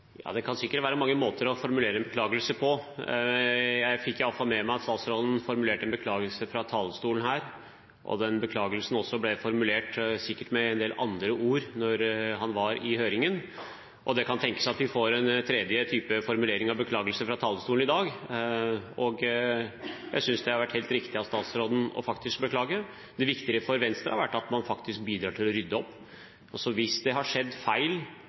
Ja, det kan sikkert være mange måter å formulere en beklagelse på. Jeg fikk iallfall med meg at statsråden formulerte en beklagelse fra talerstolen her. Den beklagelsen ble også formulert, sikkert med en del andre ord, da han var i høringen, og det kan tenkes at vi får en tredje type formulering og beklagelse fra talerstolen i dag. Jeg synes det har vært helt riktig av statsråden faktisk å beklage. Det viktige for Venstre har vært at man faktisk bidrar til å rydde opp. Hvis det har skjedd feil